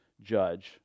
judge